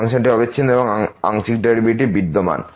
ফাংশনটি অবিচ্ছিন্ন এবং আংশিক ডেরিভেটিভস বিদ্যমান